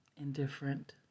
indifferent